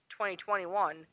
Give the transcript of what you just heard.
2021